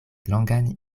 longan